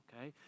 okay